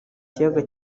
kiyaga